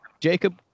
jacob